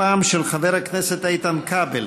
הפעם של חבר הכנסת איתן כבל.